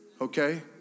Okay